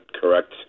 correct